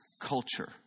culture